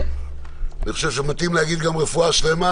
אני חושב שמתאים להגיד גם רפואה שלמה,